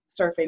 surfing